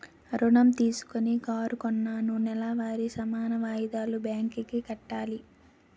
ఋణం తీసుకొని కారు కొన్నాను నెలవారీ సమాన వాయిదాలు బ్యాంకు కి కట్టాలి